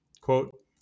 Quote